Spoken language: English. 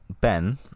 Ben